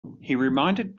reminded